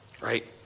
Right